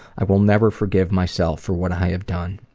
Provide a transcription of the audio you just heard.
i will never forgive myself for what i have done.